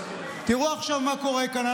תראו עכשיו מה קורה כאן.